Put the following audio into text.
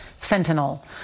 fentanyl